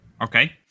Okay